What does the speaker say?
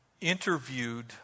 interviewed